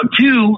two